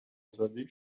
زاده